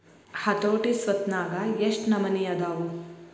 ಹತೋಟಿ ಸ್ವತ್ನ್ಯಾಗ ಯೆಷ್ಟ್ ನಮನಿ ಅದಾವು?